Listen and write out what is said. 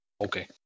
Okay